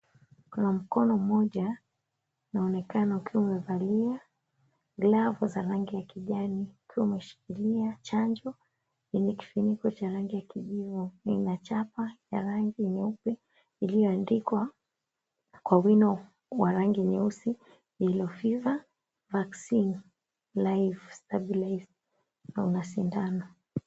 Kuna mkono mmoja unaonekana ukiwa umevalia glavu za rangi ya kijani ukiwa umeshikilia chanjo yenye kifuniko cha rangi ya kijivu na ina chapa ya rangi nyeupe ilioandikwa kwa wino wa rangi nyeusi YELLOW FEVER VACCINE (LIVE) STABILISED na una sindano.